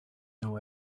know